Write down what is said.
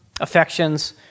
affections